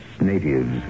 natives